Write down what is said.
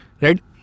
Right